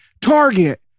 Target